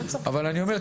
אבל אני אומר,